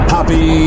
Happy